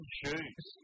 shoes